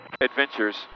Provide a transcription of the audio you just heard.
adventures